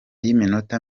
y’iminota